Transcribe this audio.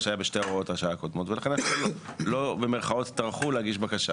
שהיה בשתי הוראות השעה הקודמות ולכן לא "טרחו" להגיש בקשה.